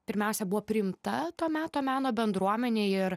pirmiausia buvo priimta to meto meno bendruomenėj ir